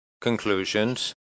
conclusions